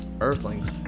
Earthlings